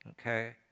Okay